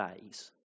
days